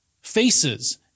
faces